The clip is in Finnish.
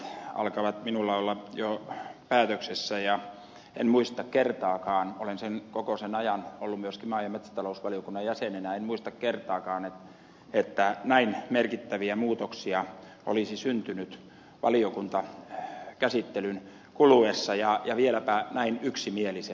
valtiopäivät alkavat minulla olla jo päätöksessä enkä muista kertaakaan olen koko sen ajan ollut myöskin maa ja metsätalousvaliokunnan jäsenenä että näin merkittäviä muutoksia olisi syntynyt valiokuntakäsittelyn kuluessa ja vieläpä näin yksimielisesti